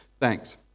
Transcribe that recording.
Thanks